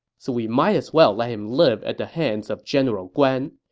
so we might as well let him live at the hands of general guan.